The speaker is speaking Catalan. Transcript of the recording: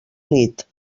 nit